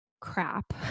crap